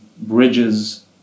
bridges